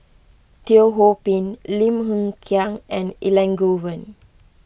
Teo Ho Pin Lim Hng Kiang and Elangovan